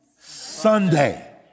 Sunday